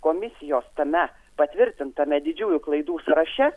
komisijos tame patvirtintame didžiųjų klaidų sąraše